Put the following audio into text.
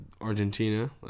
Argentina